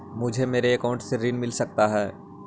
मुझे मेरे अकाउंट से ऋण मिल सकता है?